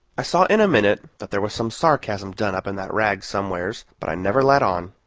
i saw in a minute that there was some sarcasm done up in that rag somewheres, but i never let on.